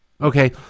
Okay